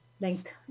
Length